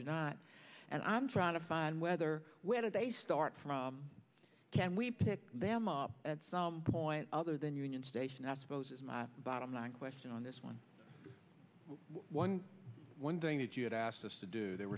are not and i'm trying to find whether whether they start from can we pick them up point other than union station that supposes bottom line question on this one one one thing that you had asked us to do there